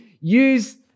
Use